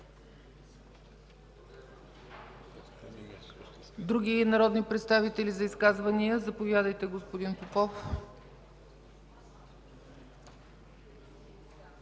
Други народни представители за изказвания? Заповядайте, господин Попов.